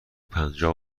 پنجاه